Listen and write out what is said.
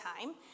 time